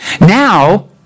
Now